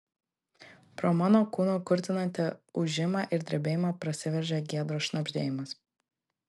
pro mano kūno kurtinantį ūžimą ir drebėjimą prasiveržia giedros šnabždėjimas